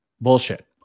bullshit